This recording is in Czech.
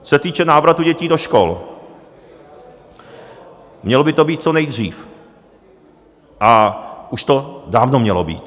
Co se týče návratu dětí do škol, mělo by to být co nejdřív a už to dávno mělo být.